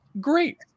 great